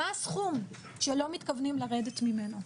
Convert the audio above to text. מה הסכום שלא מתכוונים לרדת ממנו.